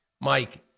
Mike